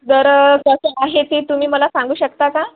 दर कसे आहेत ते तुम्ही मला सांगू शकता का